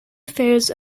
affairs